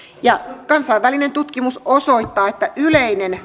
kansainvälinen tutkimus osoittaa että yleinen